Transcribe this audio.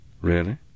Really